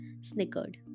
snickered